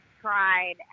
tried